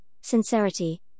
sincerity